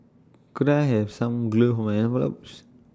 could I have some glue for my envelopes